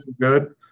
good